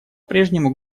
прежнему